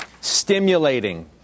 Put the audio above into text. stimulating